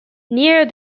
near